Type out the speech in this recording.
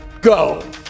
Go